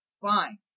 fine